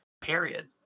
Period